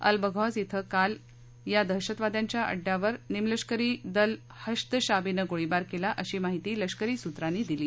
अलबघौझ झें काल या दहशतवाद्यांच्या अङ्डयावर निमलष्करी दल हश्द शाबीन गोळीबार केला अशी माहिती लष्करी सूत्रांनी दिली